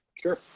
Sure